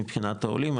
מבחינת העולים.